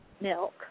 milk